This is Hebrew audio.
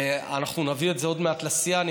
אנחנו נביא את זה עוד מעט לסיעה.